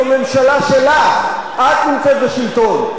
זו ממשלה שלך, את נמצאת בשלטון.